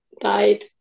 died